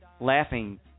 Laughing